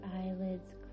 eyelids